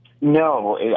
No